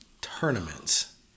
tournaments